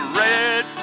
red